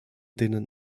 denen